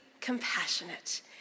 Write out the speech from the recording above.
compassionate